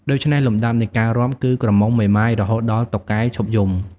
ដូច្នេះ លំដាប់នៃការរាប់គឺ ក្រមុំ មេម៉ាយរហូតដល់តុកែឈប់យំ។